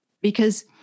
because-